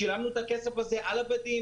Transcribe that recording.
שילמנו את הכסף על הבדים,